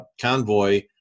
convoy